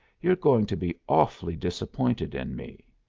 you're going to be awfully disappointed in me.